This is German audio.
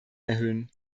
erhöhen